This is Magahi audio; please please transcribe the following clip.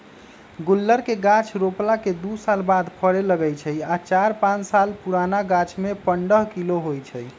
गुल्लर के गाछ रोपला के दू साल बाद फरे लगैए छइ आ चार पाच साल पुरान गाछमें पंडह किलो होइ छइ